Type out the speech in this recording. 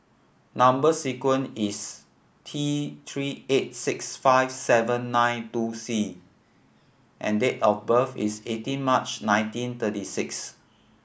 number sequence is T Three eight six five seven nine two C and date of birth is eighteen March nineteen thirty six